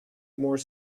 more